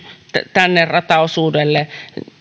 sinne rataosuudelle